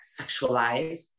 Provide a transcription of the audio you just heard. sexualized